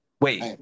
Wait